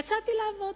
יצאתי לעבוד.